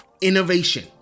innovation